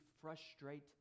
frustrate